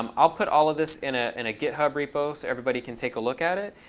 um i'll put all of this in ah and a github repo, so everybody can take a look at it.